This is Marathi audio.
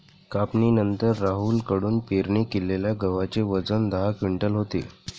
कापणीनंतर राहुल कडून पेरणी केलेल्या गव्हाचे वजन दहा क्विंटल होते